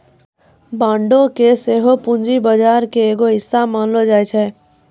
बांडो के सेहो पूंजी बजार के एगो हिस्सा मानलो जाय छै